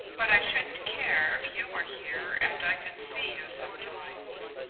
but i shouldn't care if you were here and i could see you sometimes.